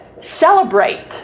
Celebrate